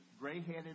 gray-headed